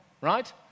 right